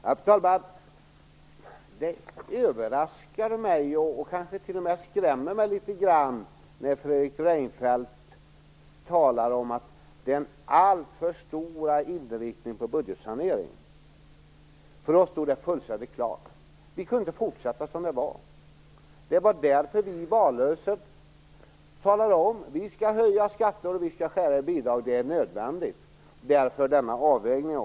Fru talman! Det överraskar mig och kanske t.o.m. skrämmer mig litet grand att Fredrik Reinfeldt talar om en alltför stor inriktning på budgetsaneringen. För oss stod det fullständigt klart att vi inte kunde fortsätta som det var. Det var därför vi i valrörelsen talade om att vi skulle höja skatter och skära i bidrag och att detta var nödvändigt - därför också denna avvägning.